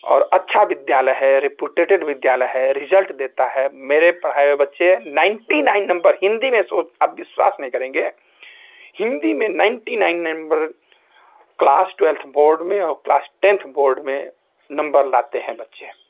और अच्छा विद्यालय है रिपोर्टेड विद्यालय है रिजल्ट देता है मेरे पढ़ाए हुए बच्चे नाइनटी नाइन नंबर हिंदी में अब आप विश्वास नहीं करेंगे हिंदी में ninety nine number class twelfth board में क्लास टेन्थ बोर्ड में नंबर लाते हैं बच्चे